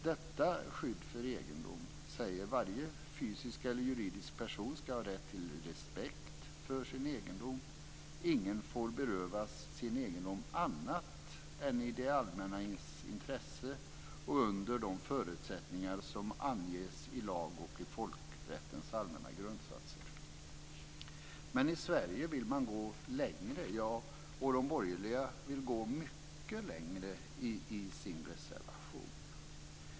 Den säger att varje fysisk eller juridisk person ska ha rätt till respekt för sin egendom. Ingen får berövas sin egendom annat än i de allmännas intresse och under de förutsättningar som anges i lag och i folkrättens allmänna grundsatser. I Sverige vill man gå längre. De borgerliga vill gå mycket längre i sin reservation.